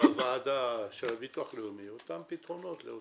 הוועדה של הביטוח לאומי את אותם פתרונות על